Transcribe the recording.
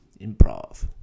Improv